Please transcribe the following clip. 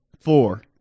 Four